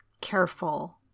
careful